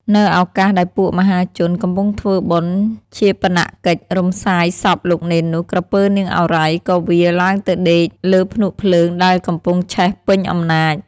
នៅឱកាសដែលពួកមហាជន កំពុងធ្វើបុណ្យឈាបនកិច្ចរំលាយសពលោកនេននោះ, ក្រពើ នាងឱរ៉ៃ ក៏វារ ឡើងទៅដេកលើភ្នក់ភ្លើងដែលកំពុងឆេះពេញអំណាច ។